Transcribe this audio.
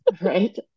Right